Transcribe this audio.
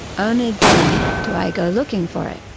only then do i go looking for it.